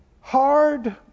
hard